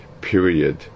period